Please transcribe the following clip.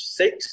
six